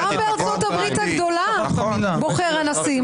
גם בארצות-הברית הגדולה בוחר הנשיא.